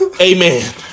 Amen